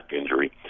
injury